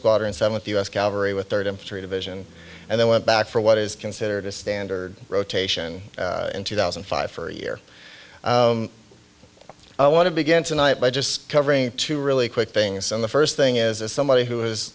squadron seventh u s calvary with third infantry division and then went back for what is considered a standard rotation in two thousand and five for a year i want to begin tonight by just covering two really quick things and the first thing is as somebody who has